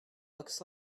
looks